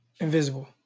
Invisible